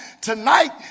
tonight